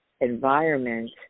environment